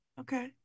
Okay